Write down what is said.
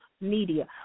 media